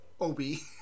Obi